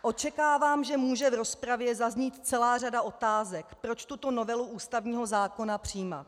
Očekávám, že může v rozpravě zaznít celá řada otázek, proč tuto novelu ústavního zákona přijímat.